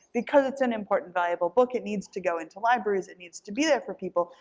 because it's an important valuable book. it needs to go into libraries. it needs to be there for people.